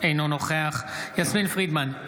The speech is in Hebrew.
אינו נוכח יסמין פרידמן,